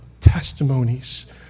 testimonies